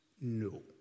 No